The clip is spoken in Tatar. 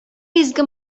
изге